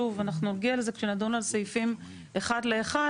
אנחנו נגיע לזה כשנדון על סעיפים אחד לאחד,